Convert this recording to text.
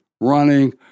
running